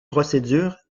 procédures